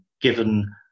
given